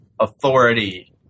authority